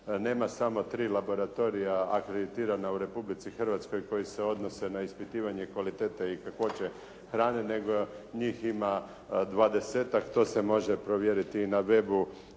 nema samo 3 laboratorija akreditirana u Republici Hrvatskoj koji se odnose na ispitivanje kvalitete i kakvoće hrane nego njih ima 20-tak. To se može provjeriti i na web-u